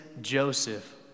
Joseph